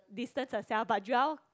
distance herself but Joel